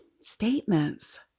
statements